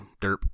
derp